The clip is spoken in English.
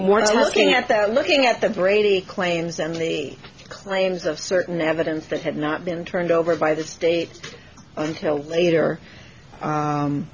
more the smoking at that looking at the brady claims and the claims of certain evidence that had not been turned over by the state until later